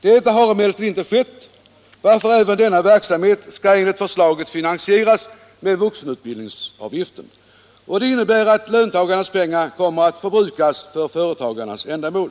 Detta har emellertid inte skett, varför även denna verksamhet enligt förslaget skall finansieras med vuxenutbildningsavgiften. Det innebär att löntagarnas pengar kommer att förbrukas för företagarnas ändamål.